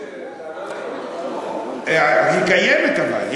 חבר הכנסת פריג' היא קיימת אבל.